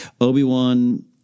Obi-Wan